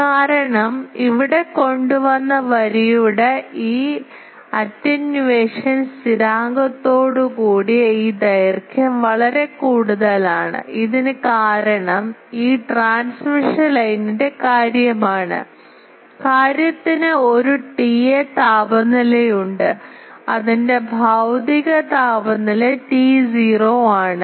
കാരണം ഇവിടെ കൊണ്ടുവന്ന വരിയുടെ ഈ അറ്റൻവ്യൂഷൻ സ്ഥിരാങ്കത്തോടുകൂടിയ ഈ ദൈർഘ്യം വളരെ കൂടുതലാണ് ഇതിന് കാരണം ഈ ട്രാൻസ്മിഷൻ ലൈനിന്റെ കാര്യമാണ് കാര്യത്തിന് ഒരു ടിഎ താപനിലയുണ്ട് ഇതിന്റെ ഭൌതിക താപനില T0 ആണ്